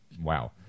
Wow